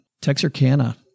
Texarkana